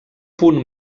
punt